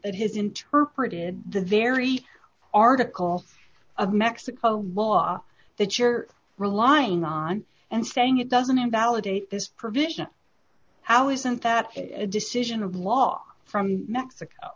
that has interpreted the very article of mexico maw that you're relying on and saying it doesn't invalidate this provision how isn't that a decision of law from mexico